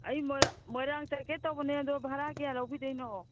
ꯑꯩ ꯃꯣꯏꯔꯥꯡ ꯆꯠꯀꯦ ꯇꯧꯕꯅꯦ ꯑꯗꯣ ꯚꯥꯔꯥ ꯀꯌꯥ ꯂꯧꯕꯤꯗꯣꯏꯅꯣ